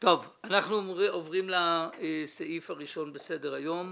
אנחנו עוברים לסעיף הראשון בסדר-היום: